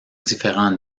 différents